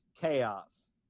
chaos